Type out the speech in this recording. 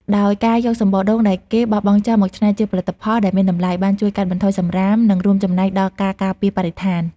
ដោយការយកសំបកដូងដែលគេបោះបង់ចោលមកច្នៃជាផលិតផលដែលមានតម្លៃ បានជួយកាត់បន្ថយសំរាម និងរួមចំណែកដល់ការការពារបរិស្ថាន។